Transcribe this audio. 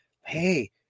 hey